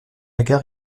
gare